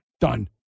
Done